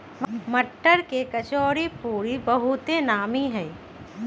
मट्टर के कचौरीपूरी बहुते नामि हइ